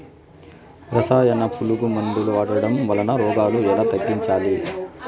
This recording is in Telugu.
రసాయన పులుగు మందులు వాడడం వలన రోగాలు ఎలా తగ్గించాలి?